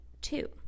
two